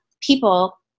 people